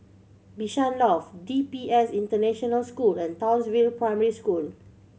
Bishan Loft D P S International School and Townsville Primary School